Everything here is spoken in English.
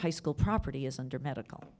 high school property is under medical